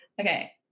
Okay